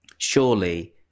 surely